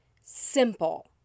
simple